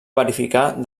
verificar